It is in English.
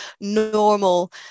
normal